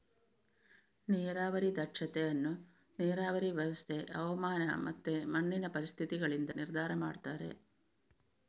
ನೀರಾವರಿ ದಕ್ಷತೆ ಅನ್ನು ನೀರಾವರಿ ವ್ಯವಸ್ಥೆ, ಹವಾಮಾನ ಮತ್ತೆ ಮಣ್ಣಿನ ಪರಿಸ್ಥಿತಿಗಳಿಂದ ನಿರ್ಧಾರ ಮಾಡ್ತಾರೆ